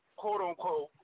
quote-unquote